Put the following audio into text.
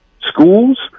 schools